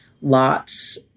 lots